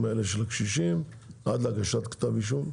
האלה של קשישים עד להגשת כתב אישום?